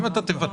אם אתה תוותר,